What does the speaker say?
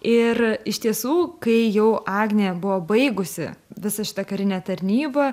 ir iš tiesų kai jau agnė buvo baigusi visą šitą karinę tarnybą